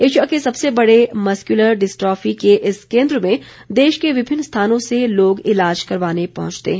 Asia के सबसे बड़े मस्क्यूलर डिस्ट्रॉफी के इस केन्द्र में देश के विभिन्न स्थानों से लोग ईलाज करवाने पहुंचते हैं